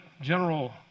General